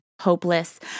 hopeless